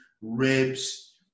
ribs